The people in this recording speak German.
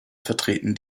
vertreten